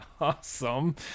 awesome